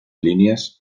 línies